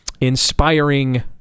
inspiring